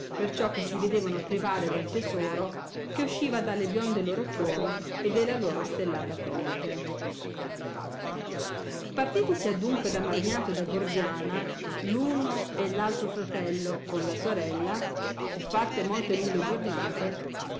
perciò che si vedevano privare del tesoro che usciva dalle bionde loro chiome e della loro stellata fronte partitisi adunque da marmiato e da ordina uno e l altro fratello con la sorella e fatte molte lunghe giornate